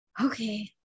Okay